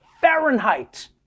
Fahrenheit